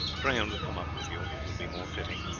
pray him to come up with you it will be more fitting.